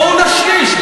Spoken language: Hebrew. בואו נשליש,